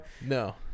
No